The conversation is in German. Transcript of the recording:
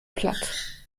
platt